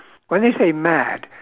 when you say mad